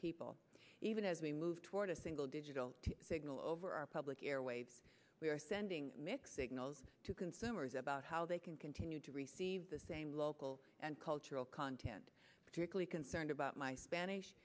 people even as we move toward a single digital signal over our public airwaves we are sending mixed signals to consumers about how they can continue to receive the same local and cultural content particularly concerned about my spanish